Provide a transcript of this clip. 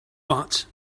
but